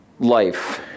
life